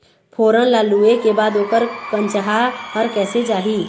फोरन ला लुए के बाद ओकर कंनचा हर कैसे जाही?